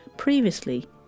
previously